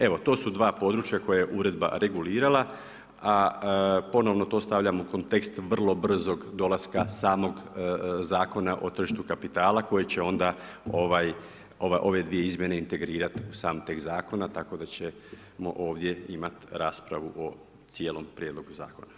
Evo to su dva područja koje je uredba regulirala, a ponovno to stavljam u kontekst vrlo brzog dolaska samog Zakona o tržištu kapitala koje će onda ove dvije izmjene integrirati u sam tekst zakona, tako da ćemo ovdje imati raspravu o cijelom prijedlogu zakona.